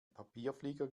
papierflieger